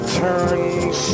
turns